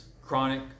chronic